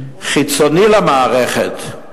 חיצוני למערכת,